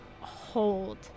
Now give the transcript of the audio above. hold